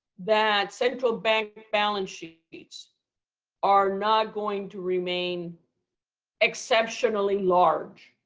that central bank balance sheets are not going to remain exceptionally large